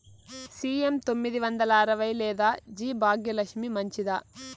CM తొమ్మిది వందల అరవై లేదా జి భాగ్యలక్ష్మి మంచిదా?